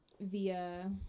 via